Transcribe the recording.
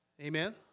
Amen